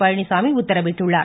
பழனிச்சாமி உத்தரவிட்டுள்ளார்